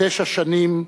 תשע שנים,